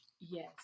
Yes